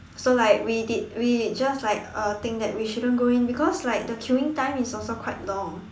so like we did we just like uh think that we shouldn't going because like the queueing time is also quite long